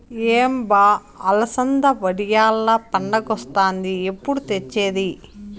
ఏం బా అలసంద వడియాల్ల పండగొస్తాంది ఎప్పుడు తెచ్చేది